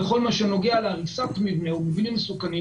בכל מה שנוגע להריסת מבנה או מבנים מסוכנים,